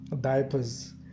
diapers